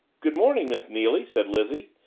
good morning, miss neily, said lizzie,